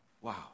wow